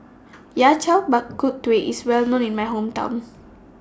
Yao Cai Bak Kut Teh IS Well known in My Hometown